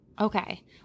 okay